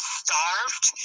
starved